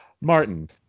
Martin